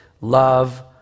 love